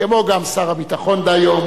כמו גם שר הביטחון דהיום,